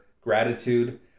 gratitude